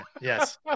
Yes